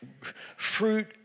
fruit